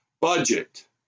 budget